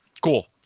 Cool